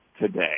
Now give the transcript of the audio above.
today